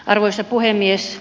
arvoisa puhemies